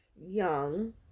young